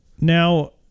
now